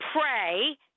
pray